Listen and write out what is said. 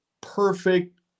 perfect